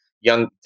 Young